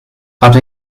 hatte